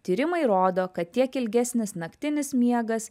tyrimai rodo kad tiek ilgesnis naktinis miegas